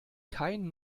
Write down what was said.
kein